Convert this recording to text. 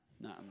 no